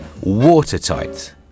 watertight